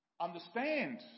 understand